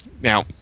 Now